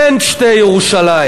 אין שתי ירושלים,